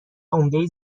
عمده